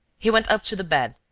he went up to the bed,